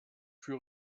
für